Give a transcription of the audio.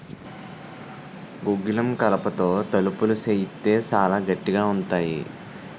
గుగ్గిలం కలపతో తలుపులు సేయిత్తే సాలా గట్టిగా ఉంతాయి